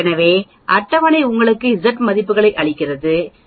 எனவே அட்டவணை உங்களுக்கு Z மதிப்புகளை அளிக்கிறது Z 0